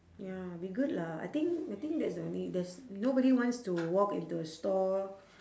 ya be good lah I think I think that's the only there's nobody wants to walk into a store